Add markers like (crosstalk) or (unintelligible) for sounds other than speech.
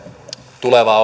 tulevaa (unintelligible)